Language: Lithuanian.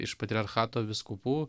iš patriarchato vyskupų